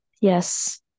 yes